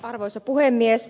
arvoisa puhemies